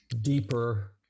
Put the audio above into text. deeper